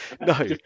no